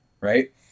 right